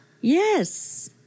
Yes